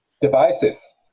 devices